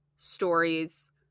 stories